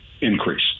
increase